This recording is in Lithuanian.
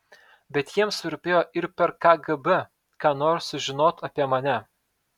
bet jiems rūpėjo ir per kgb ką nors sužinot apie mane